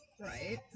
Right